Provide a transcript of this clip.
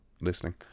listening